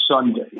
Sunday